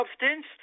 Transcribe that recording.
substance